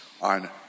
on